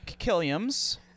Killiams